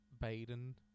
Baden